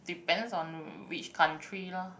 depends on which country lah